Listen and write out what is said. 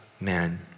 man